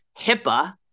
HIPAA